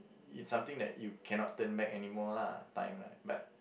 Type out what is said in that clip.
it's something that you cannot turn back anymore lah time right but